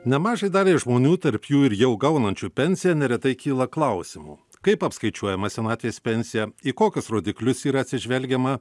nemažai daliai žmonių tarp jų ir jau gaunančių pensiją neretai kyla klausimų kaip apskaičiuojama senatvės pensija į kokius rodiklius yra atsižvelgiama